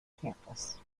campus